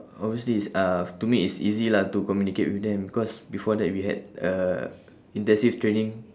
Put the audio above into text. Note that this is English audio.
obviously it's uh to me it's easy lah to communicate with them because before that we had uh intensive training